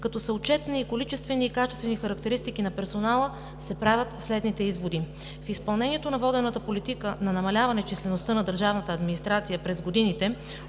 като са отчетени и количествени, и качествени характеристики на персонала, се правят следните изводи. В изпълнението на водената политика на намаляване на числеността на държавната администрация през годините